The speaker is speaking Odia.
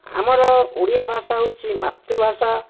ଆମର ଓଡ଼ିଆ ଭାଷା ହେଉଛି ମାତୃଭାଷା